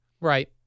right